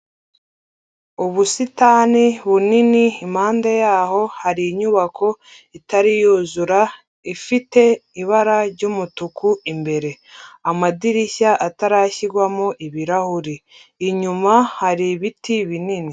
Ubusitani bunini, impande yaho hari inyubako itari yuzura ifite ibara ry'umutuku imbere, amadirishya atarashyirwamo ibirahure, inyuma hari ibiti binini.